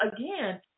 again